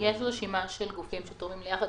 יש רשימה של גורמים שתורמים ליחד.